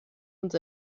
uns